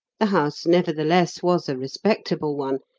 the house, nevertheless, was a respectable one,